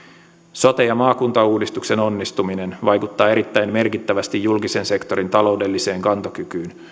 sote ja maakuntauudistuksen onnistuminen vaikuttaa erittäin merkittävästi julkisen sektorin taloudelliseen kantokykyyn